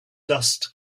dust